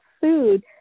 food